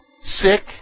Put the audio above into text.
sick